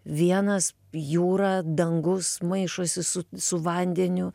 vienas jūra dangus maišosi su su vandeniu